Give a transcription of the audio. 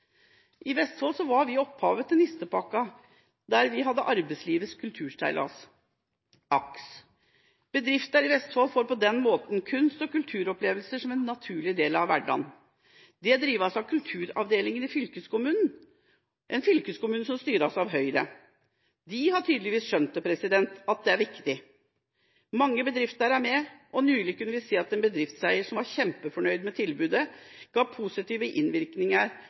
arbeidsmiljø. Vestfold var opphavet til Nistepakka, med Arbeidslivets KulturSeilas, AKS. Bedrifter i Vestfold får på denne måten kunst- og kulturopplevelser som en naturlig del av hverdagen. Dette drives av kulturavdelinga i fylkeskommunen, en fylkeskommune som styres av Høyre. De har tydeligvis skjønt at dette er viktig. Mange bedrifter er med, og nylig kunne vi se en bedriftseier som var kjempefornøyd med tilbudet – som ga positive innvirkninger